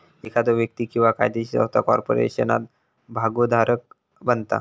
एखादो व्यक्ती किंवा कायदोशीर संस्था कॉर्पोरेशनात भागोधारक बनता